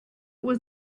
was